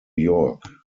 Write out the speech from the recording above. york